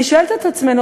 אני שואלת את עצמנו,